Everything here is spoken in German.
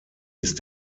ist